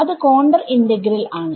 അത് contour integral ആണ്